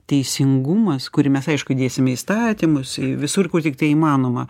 teisingumas kurį mes aišku dėsim į įstatymus visur kur tiktai įmanoma